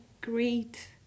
great